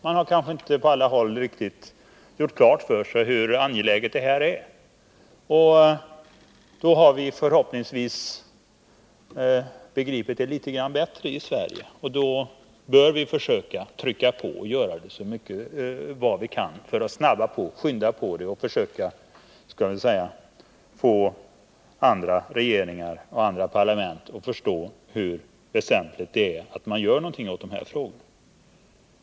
Man har kanske inte på alla håll riktigt gjort klart för sig hur allvarligt det här är. Då har vi förhoppningsvis begripit det litet grand bättre i Sverige. Vi bör försöka trycka på och göra vad vi kan för att skynda på det hela, för att försöka få andra regeringar och parlament att förstå hur väsentligt det är att man gör något åt den här frågan.